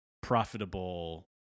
profitable